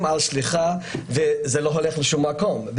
על כפתור שליחה אבל זה לא יוצא לשום מקום.